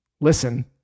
listen